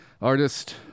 artist